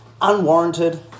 unwarranted